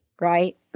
Right